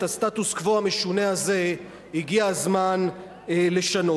את הסטטוס קוו המשונה הזה הגיע הזמן לשנות.